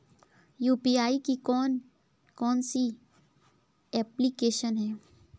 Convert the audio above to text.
UPI की कौन कौन सी एप्लिकेशन हैं?